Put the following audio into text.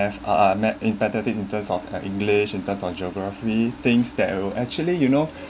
uh met in better thing in terms of english in terms of geography things that are actually you know